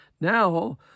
Now